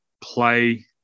play